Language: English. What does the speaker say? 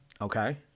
Okay